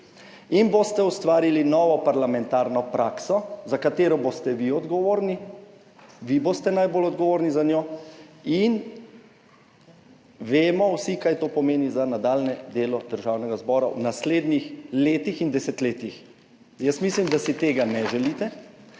in boste ustvarili novo parlamentarno prakso, za katero boste vi odgovorni. Vi boste najbolj odgovorni za njo. In vemo vsi kaj to pomeni za nadaljnje delo Državnega zbora v naslednjih letih in desetletjih. Jaz mislim, da si tega ne želite.